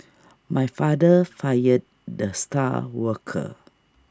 my father fired the star worker